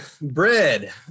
bread